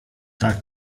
tak